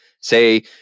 say